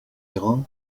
iran